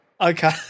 Okay